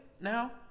now